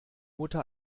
mutter